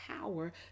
power